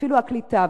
אפילו הקליטה.